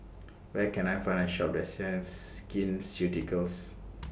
Where Can I Find A Shop that sells Skin Ceuticals